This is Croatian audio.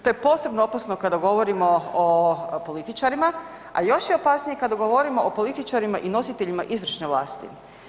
To je posebno opasno kada govorimo o političarima, a još je opasnije kada govorimo o političarima i nositeljima izvršne vlasti.